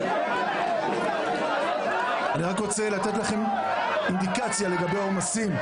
אני רוצה לתת לכם אינדיקציה לגבי עומסים.